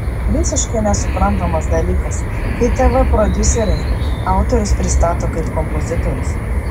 visiškai nesuprantamas dalykas kai tv prodiuseriai autorius pristato kaip kompozitorius